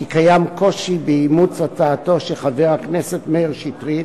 קיים קושי באימוץ הצעתו של חבר הכנסת מאיר שטרית,